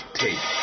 take